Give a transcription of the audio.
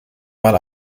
mal